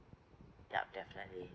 yup definitely